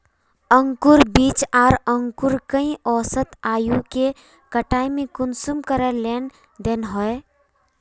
अंकूर बीज आर अंकूर कई औसत आयु के कटाई में कुंसम करे लेन देन होए?